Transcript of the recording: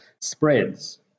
spreads